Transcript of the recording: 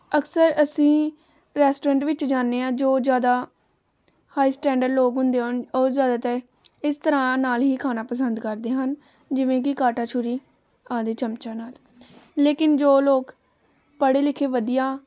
ਅਕਸਰ ਅਸੀਂ ਰੈਸਟੋਰੈਂਟ ਵਿੱਚ ਜਾਂਦੇ ਹਾਂ ਜੋ ਜ਼ਿਆਦਾ ਹਾਈ ਸਟੈਂਡਰਡ ਲੋਕ ਹੁੰਦੇ ਹਨ ਉਹ ਜ਼ਿਆਦਾਤਰ ਇਸ ਤਰ੍ਹਾਂ ਨਾਲ ਹੀ ਖਾਣਾ ਪਸੰਦ ਕਰਦੇ ਹਨ ਜਿਵੇਂ ਕਿ ਕਾਂਟਾ ਛੁਰੀ ਆਦਿ ਚਮਚਿਆਂ ਨਾਲ ਲੇਕਿਨ ਜੋ ਲੋਕ ਪੜ੍ਹੇ ਲਿਖੇ ਵਧੀਆ